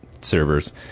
servers